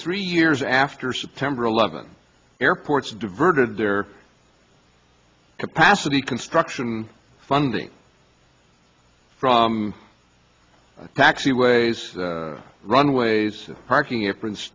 three years after september eleventh airports diverted their capacity construction funding from taxiways runways parking a